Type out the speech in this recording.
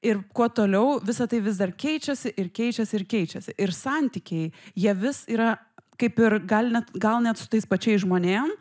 ir kuo toliau visa tai vis dar keičiasi ir keičiasi ir keičiasi ir santykiai jie vis yra kaip ir gal net gal net su tais pačiais žmonėm